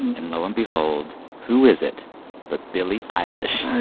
and lo and behold, who is it but billie eilish?